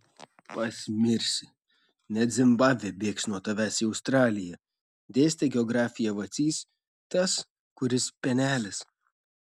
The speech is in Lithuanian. pasmirsi net zimbabvė bėgs nuo tavęs į australiją dėstė geografiją vacys tas kuris penelis